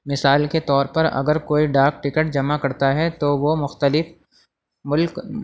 مثال کے طور پر اگر کوئی ڈاک ٹکٹ جمع کرتا ہے تو وہ مختلف ملک